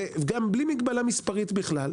גם בלי מגבלה מספרית בכלל.